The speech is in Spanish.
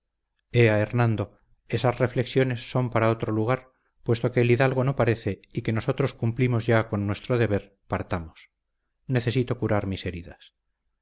hernando esas reflexiones son para otro lugar puesto que el hidalgo no parece y que nosotros cumplimos ya con nuestro deber partamos necesito curar mis heridas